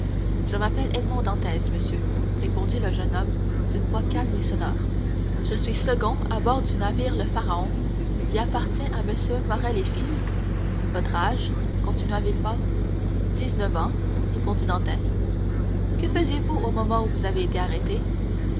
je m'appelle edmond dantès monsieur répondit le jeune homme d'une voix calme et sonore je suis second à bord du navire le pharaon qui appartient à mm morrel et fils votre âge continua villefort dix-neuf ans répondit dantès que faisiez-vous au moment où vous avez été arrêté